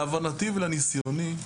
להבנתי ומניסיוני,